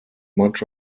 much